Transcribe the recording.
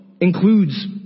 includes